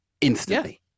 instantly